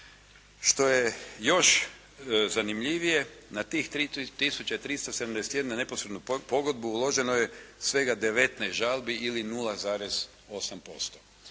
Što je još zanimljivije, na tih 3 tisuće 371 neposrednu pogodbu uloženo je svega 19 žalbi ili 0,8%.